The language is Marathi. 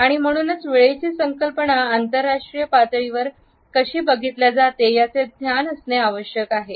आणि म्हणूनच वेळेची संकल्पना आंतरराष्ट्रीय पातळीवर कशी बघितल्या जाते याचे ज्ञान असणे आवश्यक आहे